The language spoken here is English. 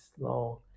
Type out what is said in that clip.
long